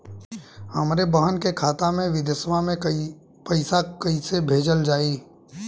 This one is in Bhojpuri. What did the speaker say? हमरे बहन के खाता मे विदेशवा मे पैसा कई से भेजल जाई?